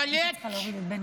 לאחרונה, כי זה לא מעניין אותו.